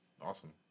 Awesome